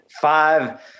Five